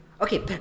Okay